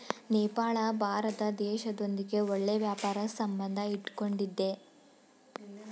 ನೇಪಾಳ ಭಾರತ ದೇಶದೊಂದಿಗೆ ಒಳ್ಳೆ ವ್ಯಾಪಾರ ಸಂಬಂಧ ಇಟ್ಕೊಂಡಿದ್ದೆ